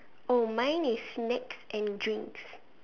oh mine is snacks and drinks